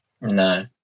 No